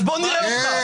אז בוא נראה אותך.